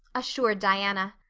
assured diana.